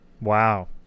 Wow